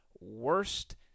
worst